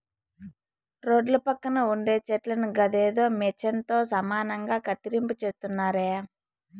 రోడ్ల పక్కన ఉండే చెట్లను గదేదో మిచన్ తో సమానంగా కత్తిరింపు చేస్తున్నారే